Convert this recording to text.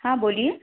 हाँ बोलिए